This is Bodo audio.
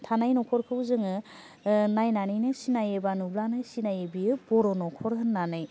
थानाय न'फोरखौ जोङो नायनानैनो सिनायो बा नुब्लानो सिनायो बियो बर' न'खर होन्नानै